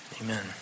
Amen